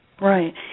Right